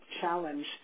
challenge